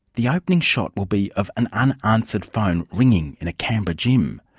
the opening shot will be of an unanswered phone, ringing in a canberra gym.